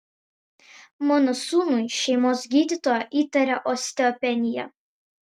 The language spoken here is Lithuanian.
mano sūnui šeimos gydytoja įtaria osteopeniją